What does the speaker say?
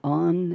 on